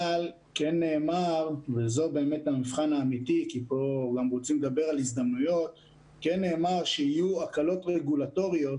מדברים פה על הזדמנויות אז כן נאמר שיהיו הקלות רגולטוריות